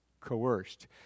coerced